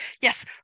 yes